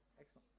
Excellent